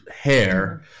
hair